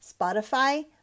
Spotify